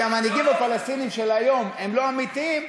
שהמנהיגים הפלסטינים של היום הם לא אמיתיים,